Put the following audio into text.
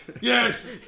yes